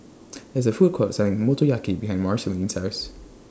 There IS A Food Court Selling Motoyaki behind Marceline's House